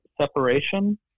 separation